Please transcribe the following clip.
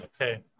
Okay